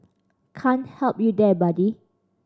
can't help you there buddy